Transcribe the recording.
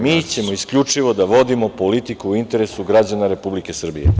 Mi ćemo isključivo da vodimo politiku u interesu građana Republike Srbije.